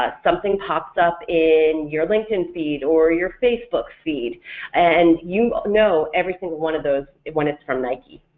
ah something pops up in your linkedin feed or your facebook feed and you know every single one of those when it's from nike,